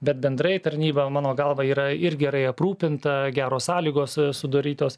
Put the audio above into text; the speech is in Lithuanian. bet bendrai tarnyba mano galva yra ir gerai aprūpinta geros sąlygos sudarytos